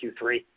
Q3